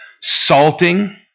salting